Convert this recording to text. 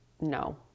No